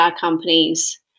companies